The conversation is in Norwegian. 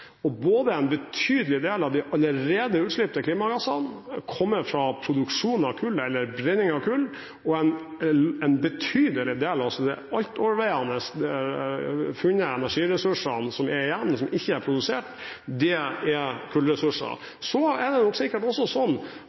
En betydelig del av de klimagassene som allerede er sluppet ut, kommer fra produksjon av kull eller brenning av kull, og det alt overveiende funnet av energiressurser som er igjen som ikke er produsert, er kullressurser. Så er det sikkert også